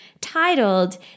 titled